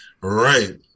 right